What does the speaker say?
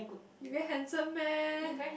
he very handsome meh